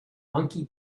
monkey